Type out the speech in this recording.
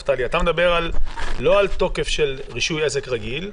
אתה מדבר לא על תוקף של רישוי עסק רגיל,